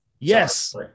Yes